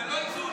זה לא איזון.